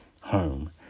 Home